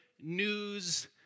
news